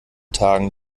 tagen